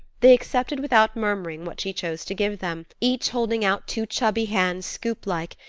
they accepted without murmuring what she chose to give them, each holding out two chubby hands scoop-like,